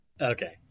Okay